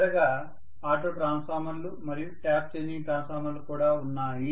చివరగా ఆటో ట్రాన్స్ఫార్మర్లు మరియు ట్యాప్ చేంజింగ్ ట్రాన్స్ఫార్మర్లు కూడా ఉన్నాయి